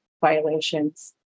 violations